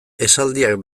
esaldiak